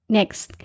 Next